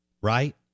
right